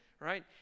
Right